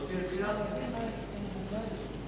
קיבלתם את בקשתו לדחייה?